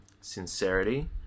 sincerity